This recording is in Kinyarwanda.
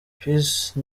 peace